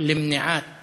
למניעת